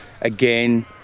again